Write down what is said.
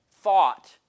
thought